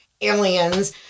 aliens